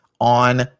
on